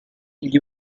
gli